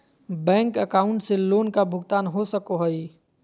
Bank account से loan का भुगतान हो सको हई?